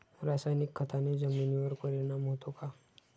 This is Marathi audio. रासायनिक खताने जमिनीवर परिणाम होतो का?